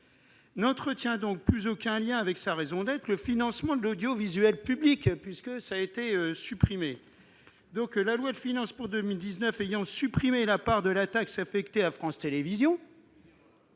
n'entretient donc plus aucun lien avec sa raison d'être, le financement de l'audiovisuel public. La loi de finances pour 2019 ayant supprimé la part de la taxe affectée à France Télévisions,